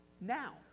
Now